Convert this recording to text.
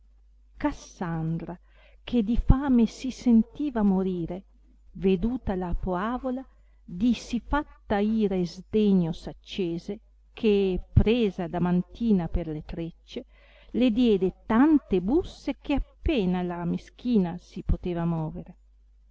cassandra che di fame si sentiva morire veduta la poavola di sì fatta ira e sdegno s accese che presa adamantina per le treccie le diede tante busse che appena la meschina si poteva movere